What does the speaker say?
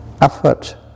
effort